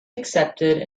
accepted